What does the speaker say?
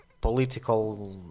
political